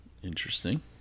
Interesting